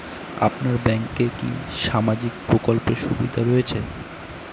আপনার ব্যাংকে কি সামাজিক প্রকল্পের সুবিধা রয়েছে?